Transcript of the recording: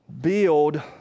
build